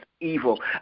evil